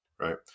Right